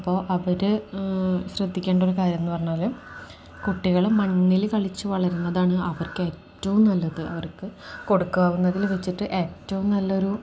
അപ്പം അവർ ശ്രദ്ധിക്കേണ്ട ഒരു കാര്യമെന്നു പറഞ്ഞാൽ കുട്ടികൾ മണ്ണിൽ കളിച്ചു വളരുന്നതാണ് അവർക്ക് ഏറ്റവും നല്ലത് അവർക്ക് കൊടുക്കാവുന്നതിൽ വെച്ചിട്ട് ഏറ്റവും നല്ലൊരു